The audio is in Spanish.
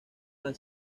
han